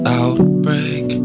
outbreak